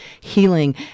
Healing